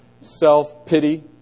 self-pity